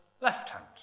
left-hand